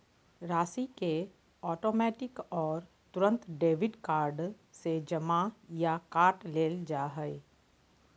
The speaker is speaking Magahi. राशि के ऑटोमैटिक और तुरंत डेबिट कार्ड से जमा या काट लेल जा हइ